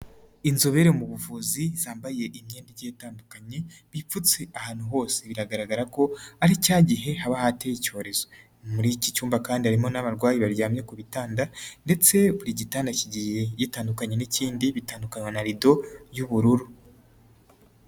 Inzobere mu buvuzi zambaye imyenda igiye itandukanye, bipfutse ahantu hose biragaragara ko, ari cya gihe haba hateye icyorezo. Muri iki cyumba kandi harimo n'abarwayi baryamye ku bitanda, ndetse buri gitanda kigiye gitandukanye n'ikindi bitandukanwa na rido y'ubururu.